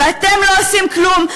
ואתם לא עושים כלום,